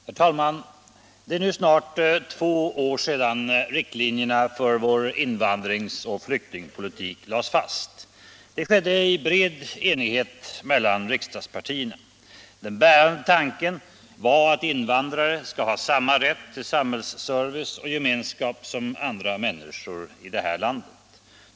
Herr talman! Det är nu snart två år sedan riktlinjerna för vår invandringsoch flyktingpolitik lades fast. Det skedde i bred enighet mellan riksdagspartierna. Den bärande tanken var att invandrare skall ha samma rätt till samhällsservice och gemenskap som andra människor i det här landet.